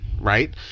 Right